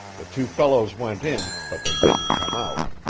the two fellows went in, but they didn't come out.